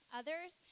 others